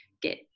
get